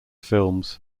films